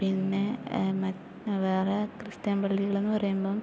പിന്നെ വേറെ ക്രിസ്ത്യൻ പള്ളികളെന്ന് പറയുമ്പോൾ